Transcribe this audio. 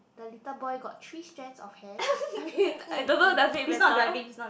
the little boy got three strands of hair I mean I don't know does it matter